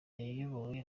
yayobowe